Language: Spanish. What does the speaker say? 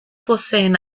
poseen